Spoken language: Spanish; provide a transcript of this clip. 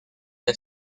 del